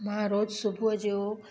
मां रोज़ु सुबुह जो